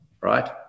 right